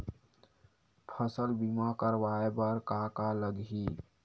फसल बीमा करवाय बर का का लगही?